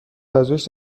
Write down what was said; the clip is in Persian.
پژوهش